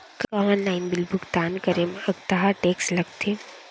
का online bill भुगतान करे मा अक्तहा टेक्स लगथे?